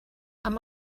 amb